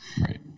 Right